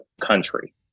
country